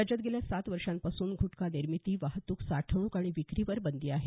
राज्यात गेल्या सात वर्षांपासून ग्टखा निर्मिती वाहतुक साठवणूक आणि विक्रीवर बंदी आहे